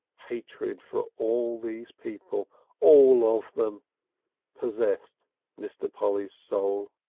hatred for all these people all of them possessed mr. polly's soul.